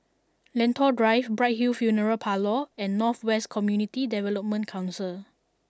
Lentor Drive Bright Hill Funeral Parlour and North West Community Development Council